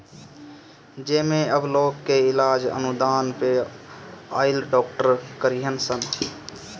जेमे अब लोग के इलाज अनुदान पे आइल डॉक्टर करीहन सन